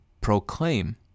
proclaim